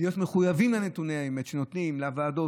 להיות מחויבים לנתוני האמת שנותנים לוועדות,